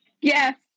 Yes